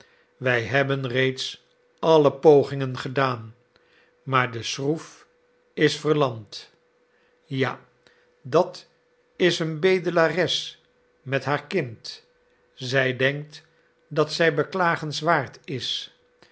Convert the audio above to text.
wij hebben reeds alle pogingen gedaan maar de schroef is verlamd ja dat is een bedelares met haar kind zij denkt dat zij beklagenswaard is